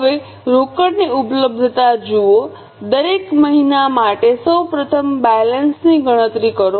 હવે રોકડની ઉપલબ્ધતા જુઓ દરેક મહિના માટે સૌ પ્રથમ બેલેન્સની ગણતરી કરો